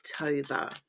October